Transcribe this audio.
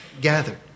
gathered